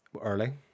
early